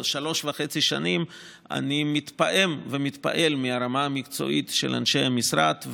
שלוש שנים וחצי אני מתפעם ומתפעל מהרמה המקצועית של אנשי משרד,